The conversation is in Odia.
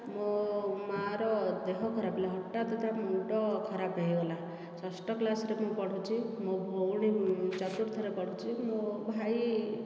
ମୋ ମାଆ ର ଦେହ ଖରାପ ହେଲା ହଠାତ ତା ମୁଣ୍ଡ ଖରାପ ହେଇଗଲା ଷଷ୍ଠ କ୍ଲାସରେ ମୁଁ ପଢୁଛି ମୋ ଭଉଣୀ ଚତୁର୍ଥରେ ପଢୁଛି ମୋ ଭାଇ